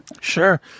sure